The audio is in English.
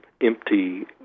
empty